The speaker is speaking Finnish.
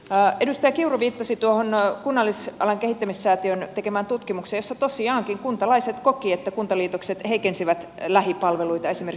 edustaja kiuru viittasi tuohon kunnallisalan kehittämissäätiön tekemään tutkimukseen jossa tosiaankin kuntalaiset kokivat että kuntaliitokset heikensivät lähipalveluita esimerkiksi liikunnassa